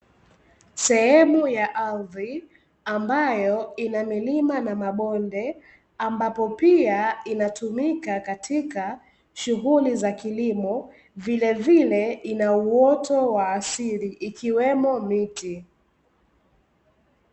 sehemu ya ardhi, ambayo ina milima na mabonde ambapo pia inatumika katika shughuli za kilimo vilevile in uoto wa asili ikiwemo miti.